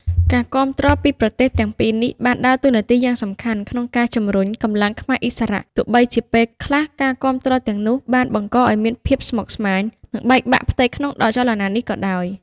ការគាំទ្រពីប្រទេសទាំងពីរនេះបានដើរតួនាទីយ៉ាងសំខាន់ក្នុងការជំរុញកម្លាំងខ្មែរឥស្សរៈ ទោះបីជាពេលខ្លះការគាំទ្រទាំងនោះបានបង្កឱ្យមានភាពស្មុគស្មាញ និងបែកបាក់ផ្ទៃក្នុងដល់ចលនានេះក៏ដោយ។